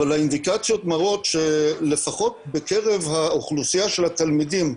אבל האינדיקציות מראות שלפחות בקרב האוכלוסייה של התלמידים,